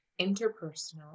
Interpersonal